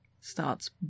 starts